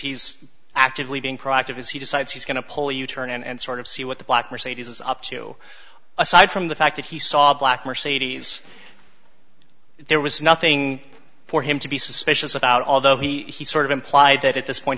he's actively being proactive as he decides he's going to pull u turn and sort of see what the black mercedes is up to aside from the fact that he saw a black mercedes there was nothing for him to be suspicious about although he sort of implied that at this point